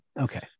Okay